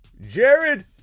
Jared